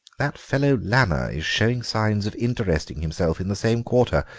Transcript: that fellow lanner is showing signs of interesting himself in the same quarter.